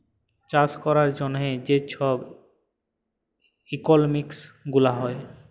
চাষ ক্যরার জ্যনহে যে ছব ইকলমিক্স গুলা হ্যয়